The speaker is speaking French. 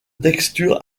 texture